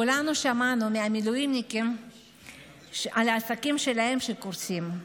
כולנו שמענו מהמילואימניקים על העסקים שלהם שקורסים.